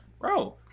bro